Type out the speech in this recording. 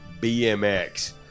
BMX